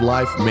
Life